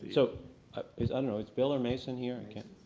so is i don't know, is bill or mason here? yeah.